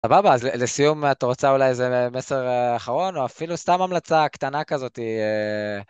סבבה, אז לסיום אתה רוצה אולי איזה מסר אחרון, או אפילו סתם המלצה קטנה כזאתי. לא ממש. איך מתקדמים?